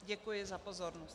Děkuji za pozornost.